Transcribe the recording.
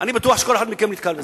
אני בטוח שכל אחד מכם נתקל בזה,